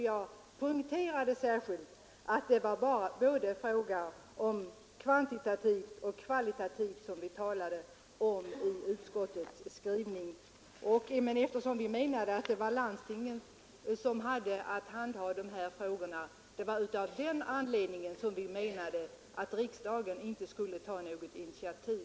Jag poängterade särskilt att utskottet med denna skrivning avsåg både de kvantitativa och de kvalitativa aspekterna. Men det är landstingen som har att handlägga denna fråga, och det är av den anledningen utskottet menar att riksdagen inte skall ta något initiativ.